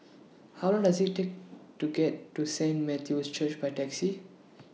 How Long Does IT Take to get to Saint Matthew's Church By Taxi